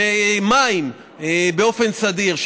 מים באופן סדיר,